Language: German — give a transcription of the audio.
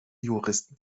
juristen